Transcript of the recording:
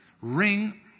ring